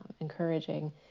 encouraging